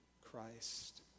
Christ